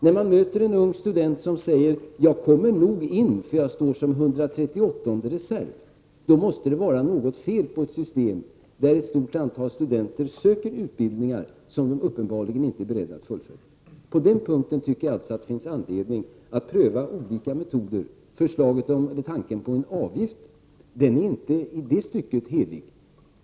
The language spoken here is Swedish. När man möter en student som säger att han nog kommer in eftersom han står på reservplats 138, då inser man att det måste vara fel på ett system där ett stort antal studenter söker till utbildningar som de uppenbarligen inte är beredda att delta i. På den punkten tycker jag det finns anledning att pröva olika metoder. Tanken på en avgift är i det fallet inte helig.